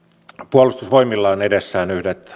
puolustusvoimilla on edessään yhdet